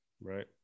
right